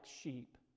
sheep